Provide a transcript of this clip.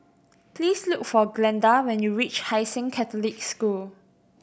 please look for Glenda when you reach Hai Sing Catholic School